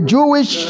Jewish